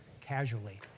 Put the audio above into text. casually